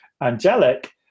angelic